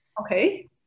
Okay